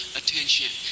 attention